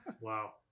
wow